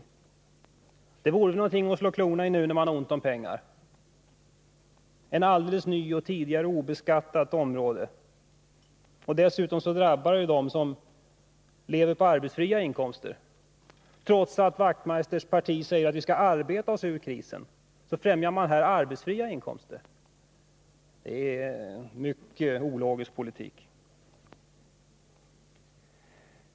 Det är väl någonting att slå klorna i nu, när det är ont om pengar. Det är ett alldeles nytt och tidigare obeskattat område. Dessutom drabbar ju den skatten dem som lever på arbetsfria inkomster — trots att herr Wachtmeisters parti säger att vi skall arbeta oss ur krisen främjar man där arbetsfria inkomster. Det är en mycket ologisk politik.